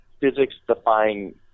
physics-defying